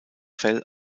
fell